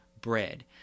bread